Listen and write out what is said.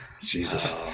Jesus